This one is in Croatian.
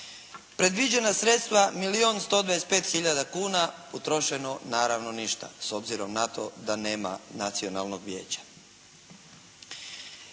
Predviđena sredstva milijun 125 hiljada kuna, utrošeno naravno ništa, s obzirom na to da nema nacionalnog vijeća.